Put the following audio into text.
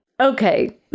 Okay